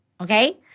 okay